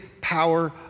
power